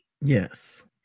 Yes